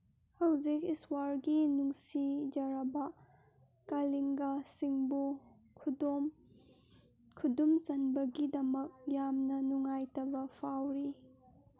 ꯍꯧꯖꯤꯛ ꯏꯁ꯭ꯋꯥꯔꯒꯤ ꯅꯨꯡꯁꯤꯖꯔꯕ ꯀꯂꯤꯡꯒꯁꯤꯡꯕꯨ ꯈꯨꯗꯨꯝ ꯆꯟꯕꯒꯤꯗꯃꯛ ꯌꯥꯝꯅ ꯅꯨꯡꯉꯥꯏꯇꯕ ꯐꯥꯎꯔꯤ